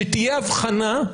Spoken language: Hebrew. שתהיה אבחנה.